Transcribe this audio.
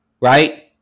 right